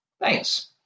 thanks